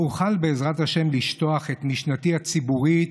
שבה אוכל, בעזרת השם, לשטוח את משנתי הציבורית,